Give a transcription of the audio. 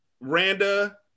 Randa